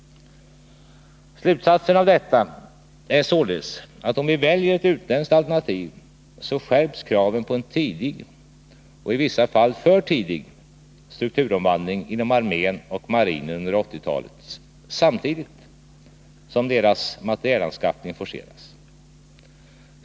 Slutsatsen av detta är således att om vi väljer ett utländskt alternativ så skärps kraven på en tidig, och i vissa fall för tidig, strukturomvandling inom armén och marinen under 1980-talet samtidigt som deras materielanskaffning forceras.